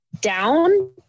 down